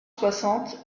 soixante